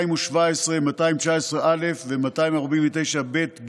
217, 219א ו-249ב(ג)